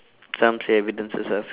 some evidences are fake